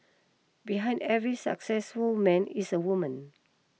behind every successful man is a woman